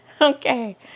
Okay